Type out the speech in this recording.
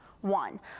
One